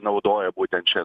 naudoja būtent čia